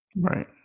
Right